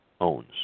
owns